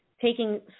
taking